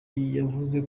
yavuze